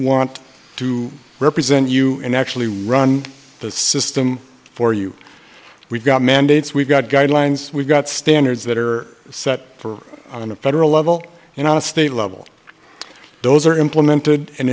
want to represent you can actually run the system for you we've got mandates we've got guidelines we've got standards that are set for on a federal level and on a state level those are implemented